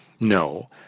No